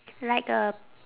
like a